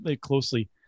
closely